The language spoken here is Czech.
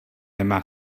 nemá